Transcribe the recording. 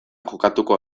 jokatuko